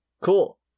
cool